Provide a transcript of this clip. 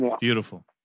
beautiful